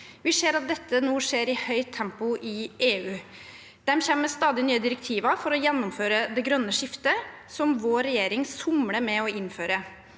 Vi ser at dette nå skjer i høyt tempo i EU. De kommer med stadig nye direktiver for å gjennomføre det grønne skiftet som vår regjering somler med å innføre.